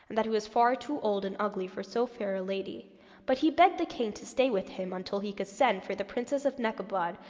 that he was far too old and ugly for so fair a lady but he begged the king to stay with him until he could send for the prince of nekabad,